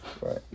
Right